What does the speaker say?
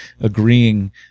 agreeing